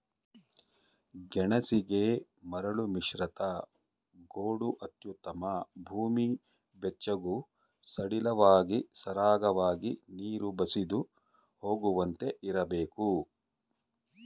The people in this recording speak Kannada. ಗೆಣಸಿಗೆ ಮರಳುಮಿಶ್ರಿತ ಗೋಡು ಅತ್ಯುತ್ತಮ ಭೂಮಿ ಬೆಚ್ಚಗೂ ಸಡಿಲವಾಗಿ ಸರಾಗವಾಗಿ ನೀರು ಬಸಿದು ಹೋಗುವಂತೆ ಇರ್ಬೇಕು